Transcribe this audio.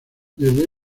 desde